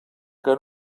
què